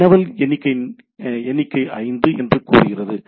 வினவல் எண்ணிக்கையின் எண்ணிக்கை 5 என்று அது கூறுகிறது